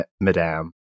madame